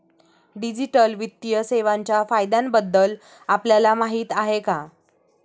Digital वित्तीय सेवांच्या फायद्यांबद्दल आपल्याला माहिती आहे का?